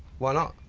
why not?